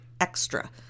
extra